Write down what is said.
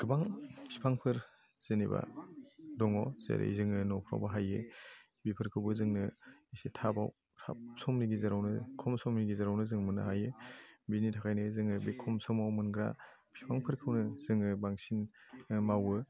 गोबां फिफांफोर जेनेबा दङ जेरै जोङो न'फ्राव बाहायो बेफोरखौबो जोंनो एसे थाबआव थाब समनि गेजेरावनो खम समनि गेजेरावनो जों मोननो हायो बिनि थाखायनो जोङो बे खम समआव मोनग्रा फिफांफोरखौनो जोङो बांसिन मावो